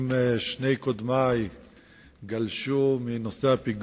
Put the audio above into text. בשולי המרדף שמנהלים כוחות הביטחון אחרי הרוצחים